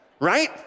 right